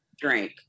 drink